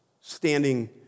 standing